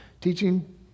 teaching